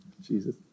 Jesus